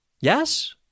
Yes